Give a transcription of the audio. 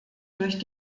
durch